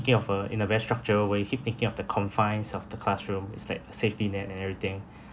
of uh in a very structure way keep thinking of the confines of the classroom it's like a safety net and everything